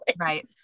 right